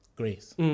grace